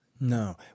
No